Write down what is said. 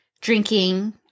drinking